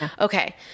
Okay